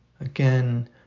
again